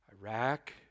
Iraq